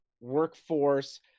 workforce